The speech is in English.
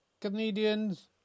Canadians